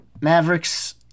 Mavericks